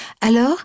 Alors